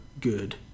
good